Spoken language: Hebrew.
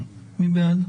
מי בעד?